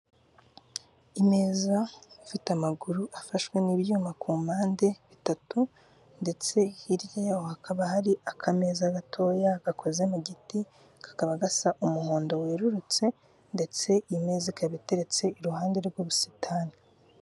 Imeza ifite amaguru afashwe n'ibyuma ku mpande bitatu ndetse hirya yo hakaba hari akameza gatoya gakoze mu giti kakaba gasa umuhondo wererutse ndetse iyi meze ikaba iteretse iruhande rw'ubusitani.